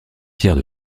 pierre